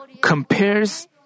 compares